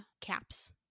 caps